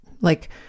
like-